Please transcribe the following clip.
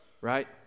Right